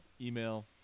email